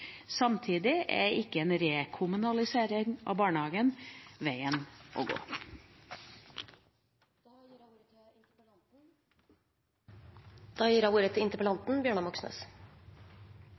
Samtidig er ikke en rekommunalisering av barnehagene veien å gå.